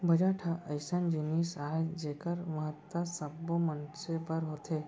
budget ह अइसन जिनिस आय जेखर महत्ता सब्बो मनसे बर होथे